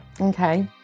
Okay